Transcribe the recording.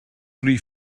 rhif